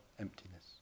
emptiness